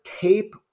tape